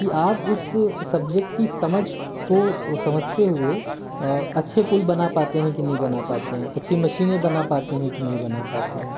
कि आप उस सब्जेक्ट की समझ को समझते हुए अच्छे पुल बना पाते है के नहीं बना पाते है अच्छी मशीनें बना पाते है कि नहीं बना पाते हैं